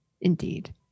Indeed